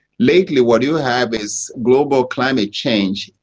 lately what you have is global climate change,